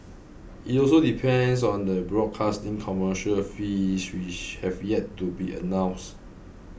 it also depends on the broadcasting commercial fees which have yet to be announced